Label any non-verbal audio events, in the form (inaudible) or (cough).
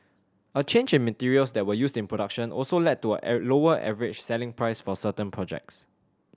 a change in materials that were used in production also led to a (unintelligible) lower average selling price for certain projects